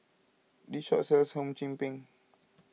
this shop sells Hum Chim Peng